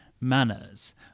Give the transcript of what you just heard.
manners